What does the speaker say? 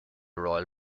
royal